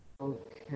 okay